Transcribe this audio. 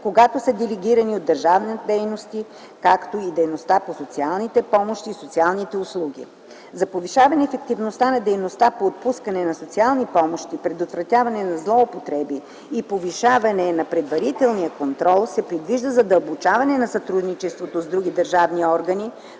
когато са делегирани от държавата дейности, както и дейността по социалните помощи и социалните услуги. За повишаване ефективността на дейността по отпускане на социални помощи, предотвратяване на злоупотреби и повишаване на предварителния контрол се предвижда задълбочаване на сътрудничеството с други държавни органи